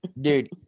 Dude